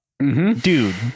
Dude